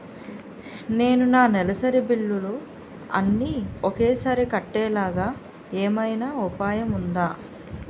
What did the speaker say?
నేను నా నెలసరి బిల్లులు అన్ని ఒకేసారి కట్టేలాగా ఏమైనా ఉపాయం ఉందా?